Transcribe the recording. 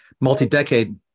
multi-decade